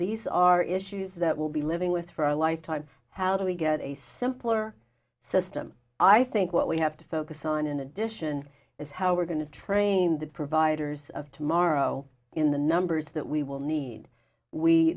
these are issues that will be living with for our lifetime how do we get a simpler system i think what we have to focus on in addition is how we're going to train the providers of tomorrow in the numbers that we will need we